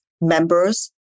members